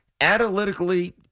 analytically